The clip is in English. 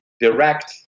direct